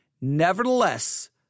Nevertheless